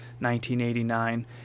1989